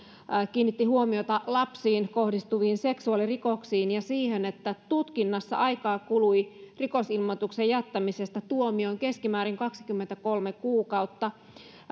kiinnitti huomiota lapsiin kohdistuviin seksuaalirikoksiin ja siihen että tutkinnassa aikaa kului rikosilmoituksen jättämisestä tuomioon keskimäärin kaksikymmentäkolme kuukautta